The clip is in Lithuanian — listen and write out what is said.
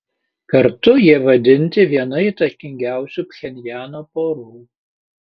kartu jie vadinti viena įtakingiausių pchenjano porų